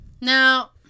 Now